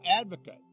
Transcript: advocate